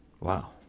Wow